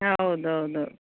ಹಾಂ ಹೌದು ಹೌದು